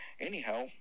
Anyhow